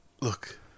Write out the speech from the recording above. Look